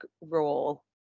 role